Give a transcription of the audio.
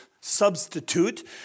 substitute